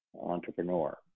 entrepreneur